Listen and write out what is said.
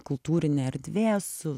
kultūrinė erdvė su